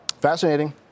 Fascinating